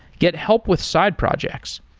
get help with side projects,